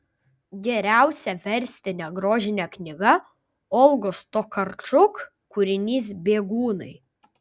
geriausia verstine grožine knyga olgos tokarčuk kūrinys bėgūnai